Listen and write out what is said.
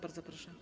Bardzo proszę.